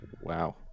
Wow